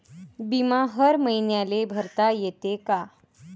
बिमा हर मईन्याले भरता येते का?